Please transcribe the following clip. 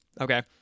okay